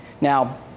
Now